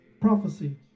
prophecy